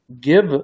give